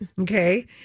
Okay